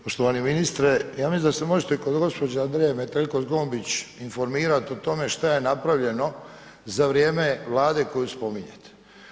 Poštovani ministre, ja mislim da se možete kod gospođe Andreje Metelko Zgombić informirati o tome što je napravljeno za vrijeme vlade koju spominjete.